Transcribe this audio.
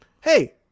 hey